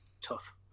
tough